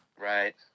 right